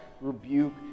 rebuke